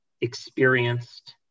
experienced